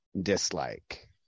dislike